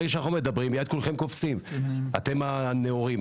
ברגע שאנחנו מדברים מיד כולכם קופצים אתם הנאורים,